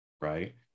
Right